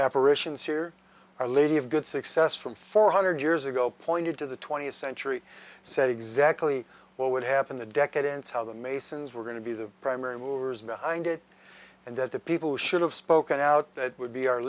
apparitions here our lady of good success from four hundred years ago pointed to the twentieth century said exactly what would happen the decadence how the masons were going to be the primary movers behind it and that the people who should have spoken out that would be our